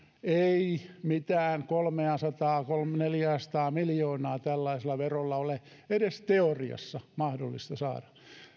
ei mitään kolmeasataa neljääsataa miljoonaa tällaisella verolla ole edes teoriassa mahdollista saada